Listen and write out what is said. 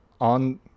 on